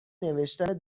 نوشتن